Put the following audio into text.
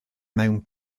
mewn